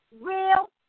real